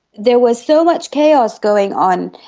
there was so much chaos going on,